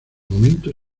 momento